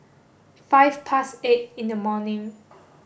five past eight in the morning